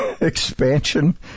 expansion